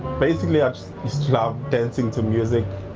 basically i just loved dancing to music.